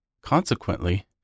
Consequently